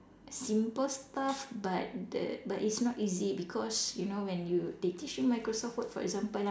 simple stuff but the but it's not easy because you know when you they teach you Microsoft word for example ah